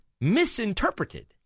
misinterpreted